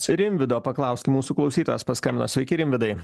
rimvydo paklauskim mūsų klausytojas paskambino sveiki rimvydai